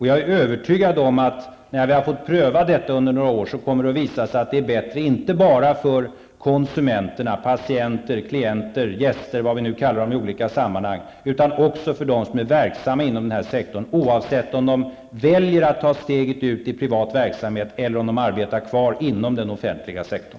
Jag är övertygad om att när vi under några år har fått pröva detta kommer det att visa sig att det är bättre inte bara för konsumenterna -- patienter, klienter, gäster eller vad vi nu kallar dem -- utan också för dem som är verksamma inom denna sektor, oavsett om de väljer att ta steget ut i privat verksamhet eller om de arbetar kvar inom den offentliga sektorn.